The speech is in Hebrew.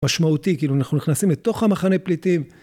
משמעותי, כאילו אנחנו נכנסים לתוך המחנה פליטים,